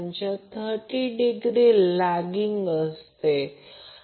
तर IL L √ 3 phase current